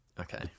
Okay